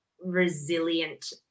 resilient